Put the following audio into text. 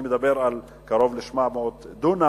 אני מדבר על קרוב ל-700 דונם.